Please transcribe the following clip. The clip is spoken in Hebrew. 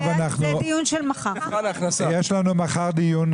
יש לנו מחר דיון.